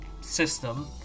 system